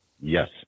Yes